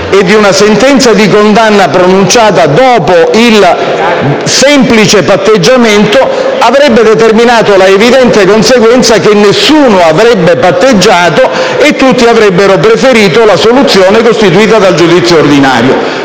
e di una sentenza di condanna pronunciata dopo il semplice patteggiamento avrebbe determinato l'evidente conseguenza che nessuno avrebbe patteggiato e tutti avrebbero preferito la soluzione costituita dal giudizio ordinario.